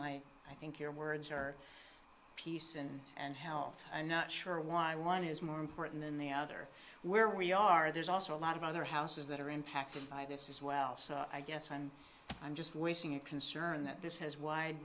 my i think your words are peace and and health i'm not sure why one is more important than the other where we are there's also a lot of other houses that are impacted by this as well so i guess i'm i'm just wasting a concern that this has wide